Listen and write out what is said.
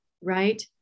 Right